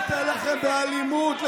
לא ניתן לכם באלימות.